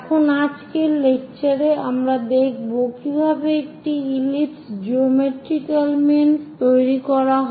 এখন আজকের লেকচারে আমরা দেখবো কিভাবে একটি ইলিপস জিওমেট্রিক্যাল মিনস তৈরি করতে হয়